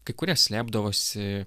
kai kurie slėpdavosi